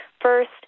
first